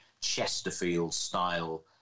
Chesterfield-style